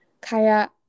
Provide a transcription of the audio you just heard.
kaya